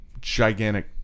gigantic